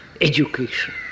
education